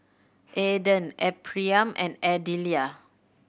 Aydan Ephriam and Adelia